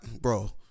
Bro